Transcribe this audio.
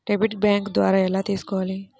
Debit bank ద్వారా ఎలా తీసుకోవాలి?